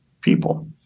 people